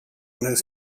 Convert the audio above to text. and